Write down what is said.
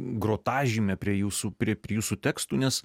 grotažymė prie jūsų prie jūsų tekstų nes